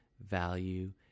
value